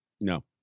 No